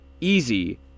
easy